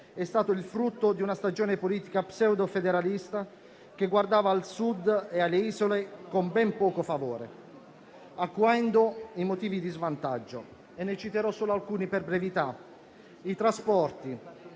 è stato il frutto di una stagione politica pseudofederalista, che guardava al Sud e alle isole con ben poco favore, acuendo i motivi di svantaggio. Ne citerò solo alcuni, per brevità. I trasporti: